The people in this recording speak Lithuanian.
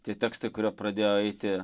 tie tekstai kurie pradėjo eiti